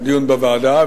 לדיון בוועדה,